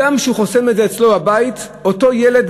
הגם שהוא חוסם את זה אצלו בבית, אותו ילד,